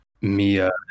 Mia